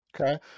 Okay